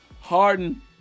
Harden